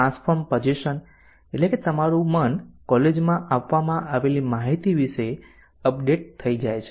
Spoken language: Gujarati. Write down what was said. ટ્રાન્સફોર્મ પઝેશન એટલે કે તમારું મન કોલેજમાં આપવામાં આવેલી માહિતી વિશે અપડેટ થઈ જાય છે